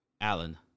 Alan